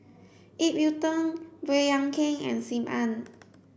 Ip Yiu Tung Baey Yam Keng and Sim Ann